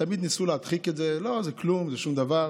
תמיד ניסו להדחיק את זה: לא, זה כלום, זה שום דבר.